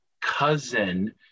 cousin